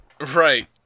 Right